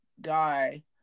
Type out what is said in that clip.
guy